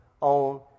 on